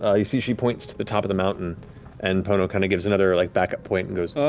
ah you see she points to the top of the mountain and pono kind of gives another like backup point and goes,